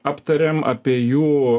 aptarėm apie jų